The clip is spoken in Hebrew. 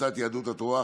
קבוצת סיעת יהדות התורה,